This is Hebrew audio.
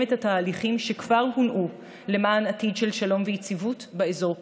את התהליכים שכבר הונעו למען עתיד של שלום ויציבות באזור כולו.